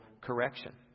correction